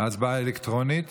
ההצבעה היא אלקטרונית.